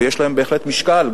ויש להן בהחלט משקל,